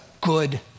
good